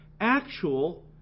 actual